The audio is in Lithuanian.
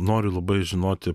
noriu labai žinoti